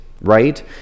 right